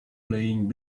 playing